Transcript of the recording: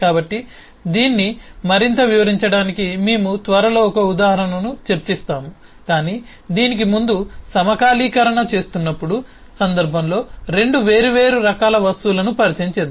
కాబట్టి దీన్ని మరింత వివరించడానికి మేము త్వరలో ఒక ఉదాహరణను చర్చిస్తాము కానీ దీనికి ముందు సమకాలీకరణ చేస్తున్నప్పుడు సందర్భంలో రెండు వేర్వేరు రకాల వస్తువులను పరిచయం చేద్దాం